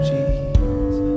Jesus